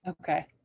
okay